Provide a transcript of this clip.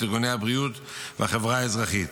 ארגוני הבריאות והחברה האזרחית.